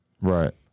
Right